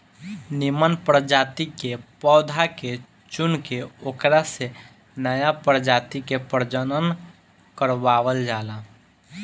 निमन प्रजाति के पौधा के चुनके ओकरा से नया प्रजाति के प्रजनन करवावल जाला